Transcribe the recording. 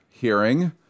hearing